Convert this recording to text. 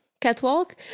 catwalk